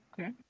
Okay